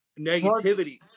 negativity